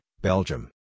Belgium